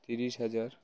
তিরিশ হাজার